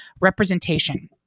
Representation